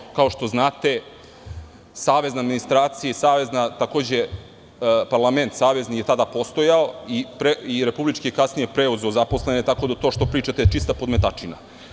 Pošto kao što znate, savezna administracija i savezni parlament je tada postojao, i republički je kasnije preuzeo zaposlene, tako da to što pričate je čista podmetačina.